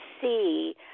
see